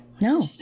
No